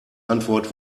antwort